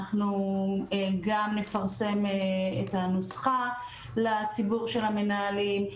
אנחנו גם נפרסם את הנוסחה לציבור של המנהלים.